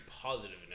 positive